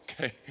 okay